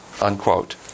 unquote